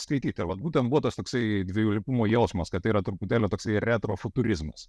skaityti vat būtent buvo tas toksai dvilypumo jausmas kad tai yra truputėlį toksai retro futurizmas